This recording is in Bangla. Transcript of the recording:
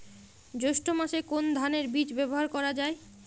জৈষ্ঠ্য মাসে কোন ধানের বীজ ব্যবহার করা যায়?